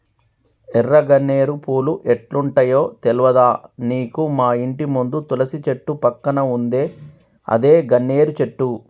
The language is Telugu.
ఎర్ర గన్నేరు పూలు ఎట్లుంటయో తెల్వదా నీకు మాఇంటి ముందు తులసి చెట్టు పక్కన ఉందే అదే గన్నేరు చెట్టు